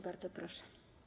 Bardzo proszę.